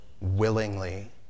willingly